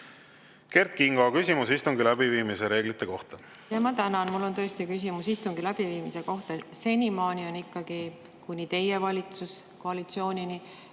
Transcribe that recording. Kert Kingo, küsimus istungi läbiviimise reeglite kohta. Ma tänan! Mul on tõesti küsimus istungi läbiviimise kohta. Senimaani, kuni teie valitsuskoalitsioonini,